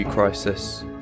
Crisis